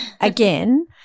again